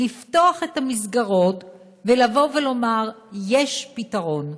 לפתוח את המסגרות ולבוא ולומר: יש פתרון,